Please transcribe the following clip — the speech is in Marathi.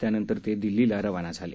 त्यानंतर ते दिल्लीला रवाना झाले